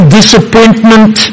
disappointment